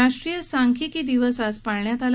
राष्टीय सांख्यिकी दिवस आज पाळण्यात आला